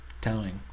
telling